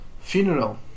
funeral